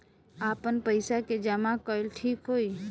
आपन पईसा के जमा कईल ठीक होई?